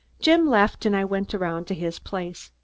jim left, and i went around to his place.